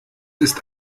ist